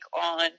on